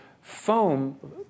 foam